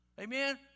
Amen